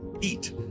eat